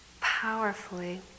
powerfully